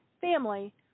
Family